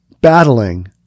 battling